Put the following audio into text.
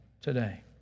today